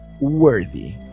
worthy